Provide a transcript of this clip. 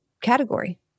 category